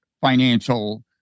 financial